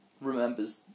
remembers